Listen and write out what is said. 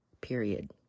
period